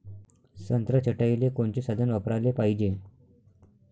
संत्रा छटाईले कोनचे साधन वापराले पाहिजे?